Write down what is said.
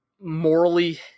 morally